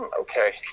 okay